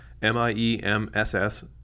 M-I-E-M-S-S